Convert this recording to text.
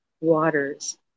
waters